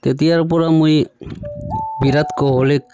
তেতিয়াৰ পৰা মই বিৰাট ক'হলীক